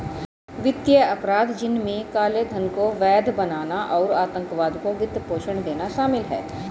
वित्तीय अपराध, जिनमें काले धन को वैध बनाना और आतंकवाद को वित्त पोषण देना शामिल है